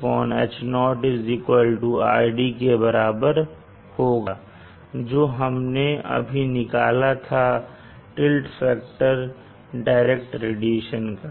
Hot H0 RD के बराबर होगा जो हमने अभी निकाला था टिल्ट फैक्टर डायरेक्ट रेडिएशन का